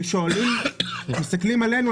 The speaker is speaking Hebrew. שמסתכלים עלינו,